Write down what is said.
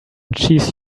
cheese